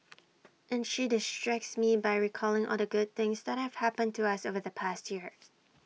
and she distracts me by recalling all the good things that have happened to us over the past year